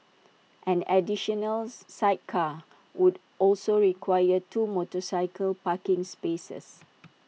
an additional sidecar would also require two motorcycle parking spaces